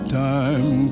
time